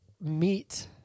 meet